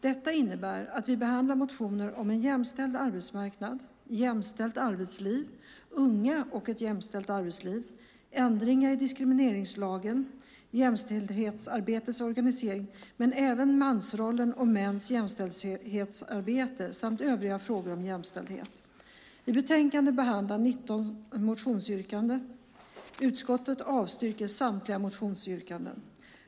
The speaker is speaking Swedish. Det innebär att vi behandlar motioner om en jämställd arbetsmarknad, ett jämställt arbetsliv, unga och ett jämställt arbetsliv, ändringar i diskrimineringslagen, jämställdhetsarbetets organisering, mansrollen och mäns jämställdhetsarbete samt övriga frågor om jämställdhet. I betänkandet behandlas 19 motionsyrkanden. Utskottet avstyrker samtliga motionsyrkanden.